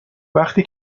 وقتی